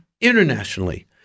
internationally